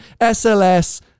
SLS